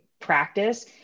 practice